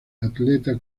atleta